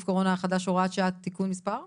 הקורונה החדש) (הוראת שעה) (תיקון מס' ...),